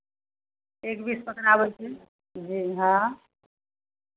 एक बीस पकड़ाबै छै जी हँ